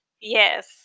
Yes